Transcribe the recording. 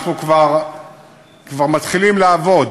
אנחנו כבר מתחילים לעבוד,